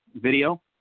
video